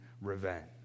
revenge